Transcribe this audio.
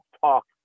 talk